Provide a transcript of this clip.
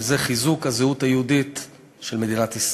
שהוא חיזוק הזהות היהודית של מדינת ישראל.